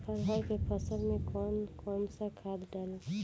अरहा के फसल में कौन कौनसा खाद डाली?